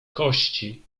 kości